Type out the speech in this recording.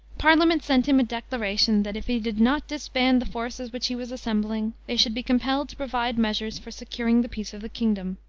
parliament sent him a declaration that if he did not disband the forces which he was assembling, they should be compelled to provide measures for securing the peace of the kingdom.